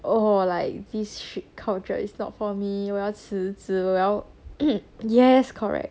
orh like this chic culture is not for me 我要辞职 well yes correct